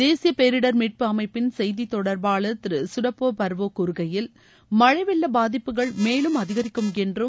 தேசிய பேரிடர் மீட்பு அமைப்பின் செய்தித் தொடர்பாளர் திரு சுடோப்போ பர்வோ கூறுகையில் மழை வெள்ள பாதிப்புகள் மேலும் அதிகரிக்கும் என்றும்